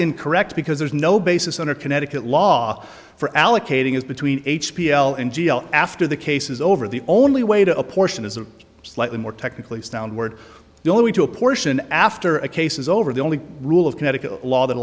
incorrect because there's no basis under connecticut law for allocating is between after the case is over the only way to apportion is a slightly more technically sound word the only way to apportion after a case is over the only rule of connecticut law that